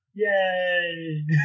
Yay